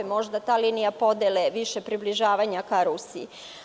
Možda ta linija podele više približava ka Rusiji.